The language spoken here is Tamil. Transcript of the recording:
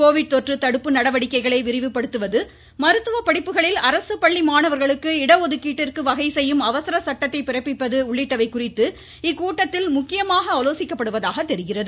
கோவிட் தொற்று தடுப்பு நடவடிக்கைகளை விரிவுபடுத்துவது மருத்துவ படிப்புகளில் அரசு பள்ளி மாணவர்களுக்கு இடஒதுக்கீட்டிற்கு வகை செய்யும் அவசர சட்டத்தை பிறப்பிப்பது உள்ளிட்டவை குறித்து இக்கூட்டத்தில் முக்கியமாக ஆலோசிக்கப்படுகிறது